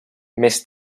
més